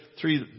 three